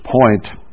point